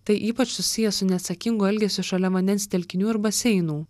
tai ypač susiję su neatsakingu elgesiu šalia vandens telkinių ir baseinų